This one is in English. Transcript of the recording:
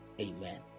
Amen